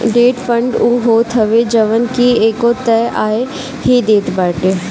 debt fund उ होत हवे जवन की एगो तय आय ही देत बाटे